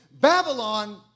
Babylon